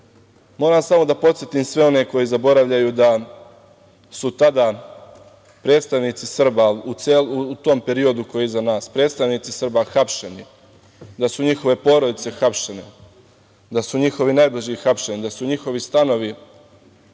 Gori. Moram samo da podsetim sve one koji zaboravljaju da su tada predstavnici Srba u tom periodu koji je iza nas, predstavnici Srba hapšeni, da su njihove porodice hapšene, da su njihovi najbliži hapšeni, da su njihovi stanovi